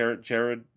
Jared